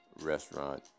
restaurant